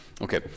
Okay